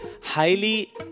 Highly